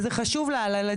לא.